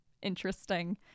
interesting